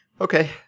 Okay